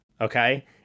okay